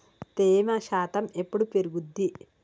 తేమ శాతం ఎప్పుడు పెరుగుద్ది?